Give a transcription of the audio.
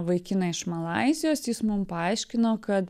vaikiną iš malaizijos jis mum paaiškino kad